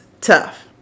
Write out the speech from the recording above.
tough